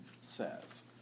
says